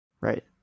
right